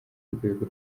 rwego